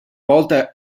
volta